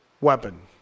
weapon